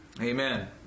Amen